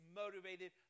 motivated